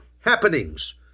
happenings